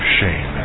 shame